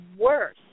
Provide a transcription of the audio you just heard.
worse